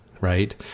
right